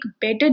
better